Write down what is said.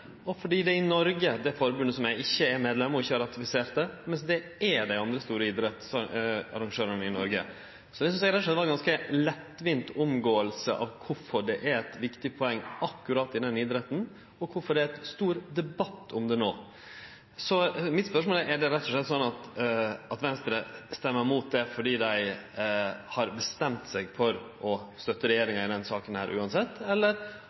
og fordi det forbundet i Noreg ikkje er medlem og ikkje har ratifisert, men det er dei andre store idrettsarrangørane i Noreg. Det synest eg rett og slett er ei lettvint omgåing av kvifor det er eit viktig poeng akkurat i denne idretten, og kvifor det er stor debatt om det no. Mitt spørsmål er: Er det rett og slett sånn at Venstre røyster mot det fordi dei har bestemt seg for å støtte regjeringa i denne saka uansett, eller